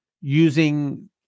using